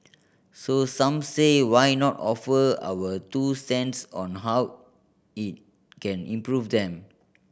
so some say why not offer our two cents on how it can improve them